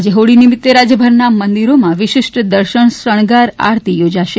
આજે હોળી નિમિતે રાજ્યભરના મંદિરોમાં વિશિષ્ટ દર્શન શણગાર આરતી યોજાશે